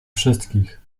wszystkich